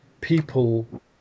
people